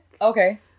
Okay